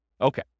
Okay